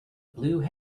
blue